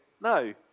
no